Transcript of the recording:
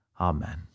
Amen